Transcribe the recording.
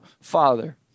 Father